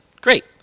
great